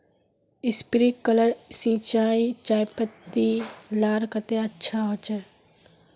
Sprinkler सिंचाई चयपत्ति लार केते अच्छा होचए?